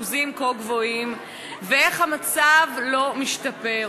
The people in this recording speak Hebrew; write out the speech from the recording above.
אחוזים כה גבוהים ואיך המצב לא משתפר.